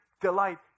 delight